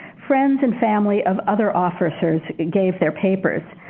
friends and family of other officers gave their papers.